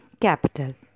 capital